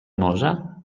morza